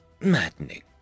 maddening